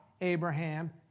Abraham